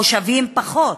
או שווים פחות.